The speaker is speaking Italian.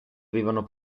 avevano